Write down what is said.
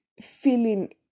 feeling